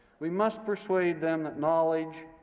we must persuade them that knowledge,